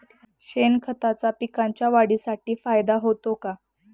शेणखताचा पिकांच्या वाढीसाठी फायदा होतो का?